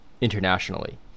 internationally